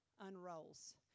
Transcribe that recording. unrolls